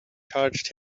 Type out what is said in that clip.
charged